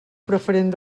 preferent